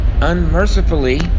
unmercifully